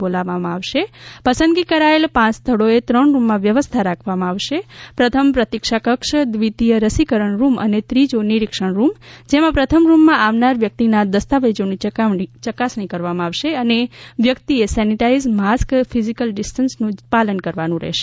મનપા દ્વારા સર્વે કરી એકત્ર કરાયેલ ડેટા પ્રમાણે લોકોને બોલાવવામાં આવશે પસંદગી કરાયેલ પાંચ સ્થળોએ ત્રણ રૂમમાં વ્યવસ્થા રાખવામાં આવશે પ્રથમ પ્રતિક્ષાકક્ષ દ્વિતીય રસીકરણ રૂમ અને ત્રીજો નિરીક્ષણ રૂમ જેમાં પ્રથમ રૂમમાં આવનાર વ્યક્તિના દસ્તાવેજોની ચકાસણી કરવામાં આવશે અને વ્યક્તિએ સેનીટાઈઝ માસ્ક ફીઝીકલ ડિસ્ટન્સનું પાલન કરવાનું રહેશે